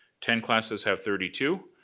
ten classes have thirty two,